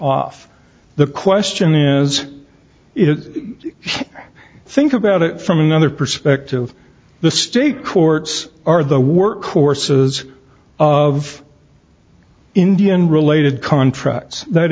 off the question is it think about it from another perspective the state courts are the work courses of indian related contracts that